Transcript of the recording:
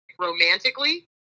romantically